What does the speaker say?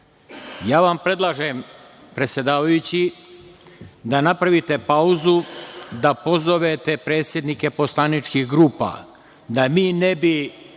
Ja vam predlažem, predsedavajući, da napravite pauzu, da pozovete predsednike poslaničkih grupa, da mi ne bi